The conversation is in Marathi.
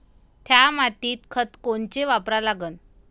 थ्या मातीत खतं कोनचे वापरा लागन?